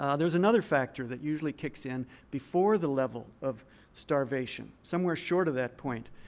ah there's another factor that usually kicks in before the level of starvation, somewhere short of that point,